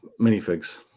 minifigs